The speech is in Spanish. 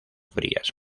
frías